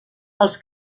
els